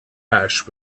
ash